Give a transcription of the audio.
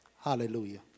Hallelujah